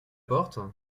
porte